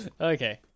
Okay